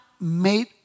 made